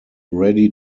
ready